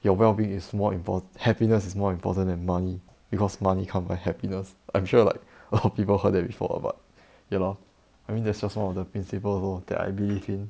you well being is more import~ happiness is more important than money because money can't buy happiness I'm sure like a lot of people heard that before ah but ya lor I mean that's just one of the principle lor that I believe in